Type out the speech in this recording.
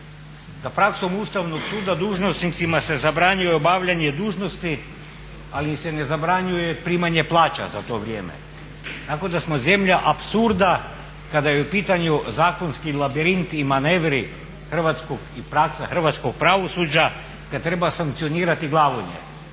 da praksom Ustavnog suda dužnosnicima se zabranjuje obavljanje dužnosti, ali im se ne zabranjuje primanje plaća za to vrijeme tako da smo zemlja apsurda kada je u pitanju zakonski labirint i manevri hrvatskog i praksa hrvatskog pravosuđa kad treba sankcionirati glavonje.